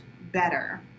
better